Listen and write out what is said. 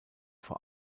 vor